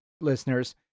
listeners